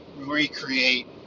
recreate